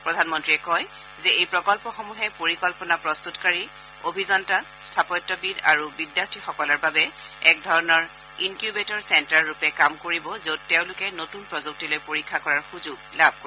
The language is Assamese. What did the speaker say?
প্ৰধানমন্ত্ৰীয়ে কয় যে এই প্ৰকল্পসমূহে পৰিকল্পনা প্ৰস্তুতকাৰী অভিযন্তা স্থাপত্যবিদ আৰু বিদ্যাৰ্থীসকলৰ বাবে একধৰণৰ ইনকিউবেটৰ চেণ্টাৰ ৰূপে কাম কৰিব যত তেওঁলোকে নতুন প্ৰযুক্তিলৈ পৰীক্ষা কৰাৰ সুযোগ লাভ কৰিব